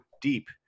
deep